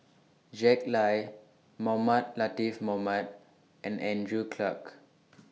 Jack Lai Mohamed Latiff Mohamed and Andrew Clarke